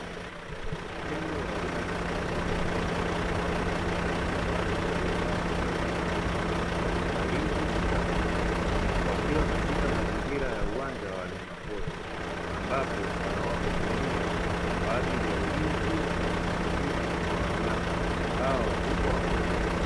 Tembo wakubwa wawili wapo katikati mazingira maalum ya uangalizi na watalii wakiwa katika mazingira ya uwanja wa wanyama pori ambapo wanawahudumia kwa ajili ya ulinzi na usimamizi wa wanyama hao wakubwa wa porini.